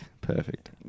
perfect